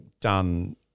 done